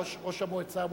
ראש המועצה המוסלמית,